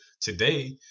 Today